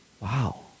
wow